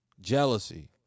jealousy